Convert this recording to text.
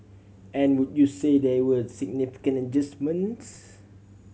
and would you say they were significant adjustments